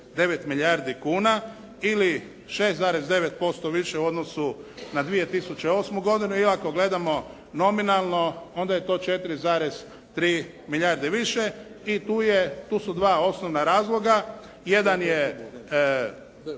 milijardi kuna ili 6,9% više u odnosu na 2008. godinu, i ako gledamo nominalno onda je to 4,3 milijarde više i tu je, tu su dva osnovna razloga, jedan je